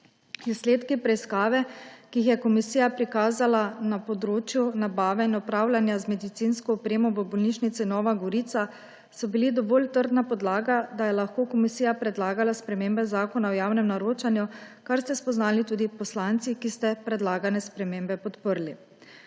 Izsledki preiskave, ki jih je komisija prikazala na področju nabave in upravljanja z medicinsko opremo v bolnišnici Nova Gorica, so bili dovolj trdna podlaga, da je lahko komisija predlagala spremembe Zakona o javnem naročanju, kar ste spoznali tudi poslanci, ki ste predlagane spremembe podprli.